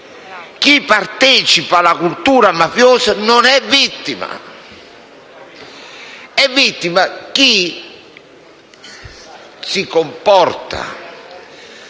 chi partecipa alla cultura mafiosa non è vittima. È vittima chi si comporta